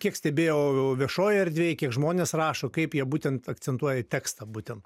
kiek stebėjau viešojoj erdvėj kiek žmonės rašo kaip jie būtent akcentuoja tekstą būtent